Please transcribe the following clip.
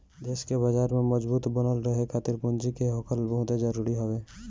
देस के बाजार में मजबूत बनल रहे खातिर पूंजी के होखल बहुते जरुरी हवे